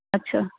ਅੱਛਾ